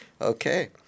Okay